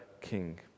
king